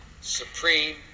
supreme